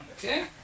Okay